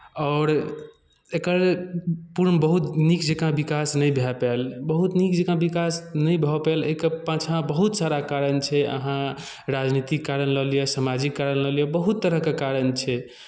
आओर एकर पूर्व बहुत नीक जँका विकास नहि भए पायल बहुत नीक जँका विकास नहि भऽ पायल एकर पाछाँ बहुत सारा कारण छै अहाँ राजनीतिक कारण लऽ लिअ सामाजिक कारण लऽ लिअ बहुत तरहके कारण छै